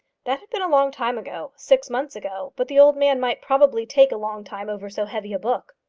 that been a long time ago six months ago but the old man might probably take a long time over so heavy a book.